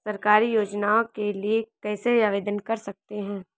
सरकारी योजनाओं के लिए कैसे आवेदन कर सकते हैं?